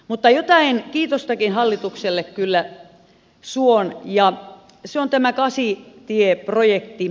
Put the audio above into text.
mutta jotain kiitostakin hallitukselle kyllä suon ja se on tämä kasitie projekti